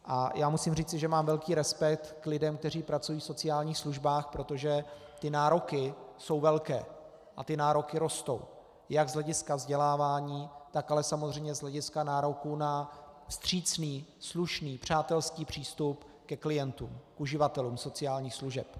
A já musím říci, že mám velký respekt k lidem, kteří pracují v sociálních službách, protože ty nároky jsou velké a ty nároky rostou jak z hlediska vzdělávání, tak ale samozřejmě nároků na vstřícný, slušný, přátelský přístup ke klientům, k uživatelům sociálních služeb.